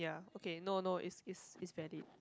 okay no no is is is valid